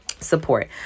support